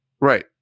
Right